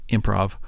Improv